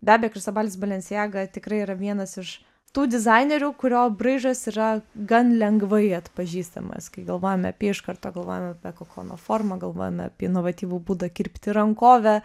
be abejo kristobalis balenciaga tikrai yra vienas iš tų dizainerių kurio braižas yra gan lengvai atpažįstamas kai galvojame apie jį iš karto galvojame apie kokono formą galvojame apie inovatyvų būdą kirpti rankovę